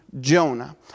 Jonah